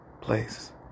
place